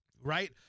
right